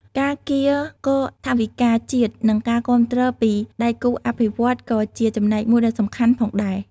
ការកៀរគរថវិកាជាតិនិងការគាំទ្រពីដៃគូអភិវឌ្ឍន៍ក៏ជាចំណែកមួយដ៏សំខាន់ផងដែរ។